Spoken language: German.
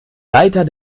leiter